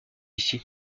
ici